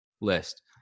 list